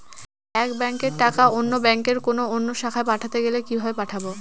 এক ব্যাংকের টাকা অন্য ব্যাংকের কোন অন্য শাখায় পাঠাতে গেলে কিভাবে পাঠাবো?